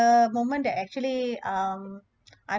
uh moment that actually um I